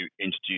introduce